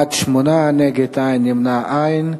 בעד, 8, נגד, אין, נמנעים,